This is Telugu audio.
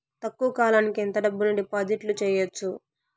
తక్కువ కాలానికి ఎంత డబ్బును డిపాజిట్లు చేయొచ్చు?